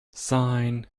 sine